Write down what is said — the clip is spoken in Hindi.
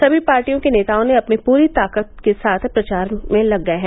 सनी पार्टियों के नेताओं ने अपनी पूरी ताकत के साथ प्रचार में लगे गये हैं